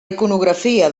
iconografia